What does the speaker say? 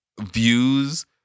views